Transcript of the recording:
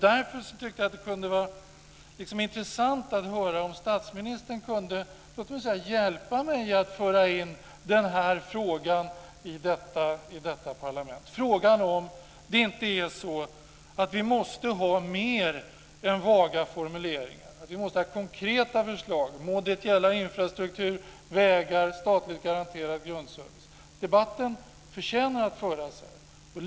Därför kunde det vara intressant om statsministern kunde hjälpa mig att föra in frågan i detta parlament om vi inte måste ha mer än vaga formuleringar och i stället måste ha konkreta förslag, må det gälla infrastruktur, vägar eller statlig garanterad grundservice. Debatten förtjänar att föras.